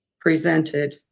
presented